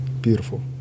beautiful